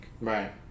Right